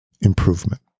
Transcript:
improvement